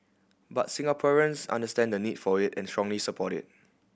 but Singaporeans understand the need for it and strongly support it